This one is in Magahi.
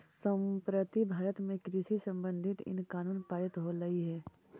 संप्रति भारत में कृषि संबंधित इन कानून पारित होलई हे